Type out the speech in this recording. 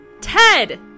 Ted